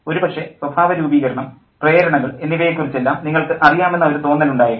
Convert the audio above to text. ഒരു പക്ഷേ സ്വഭാവരൂപീകരണം പ്രേരണകൾ എന്നിവയെ കുറിച്ചെല്ലാം നിങ്ങൾക്ക് അറിയാമെന്ന ഒരു തോന്നൽ ഉണ്ടായേക്കാം